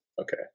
okay